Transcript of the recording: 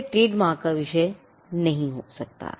यह ट्रेडमार्क का विषय नहीं हो सकता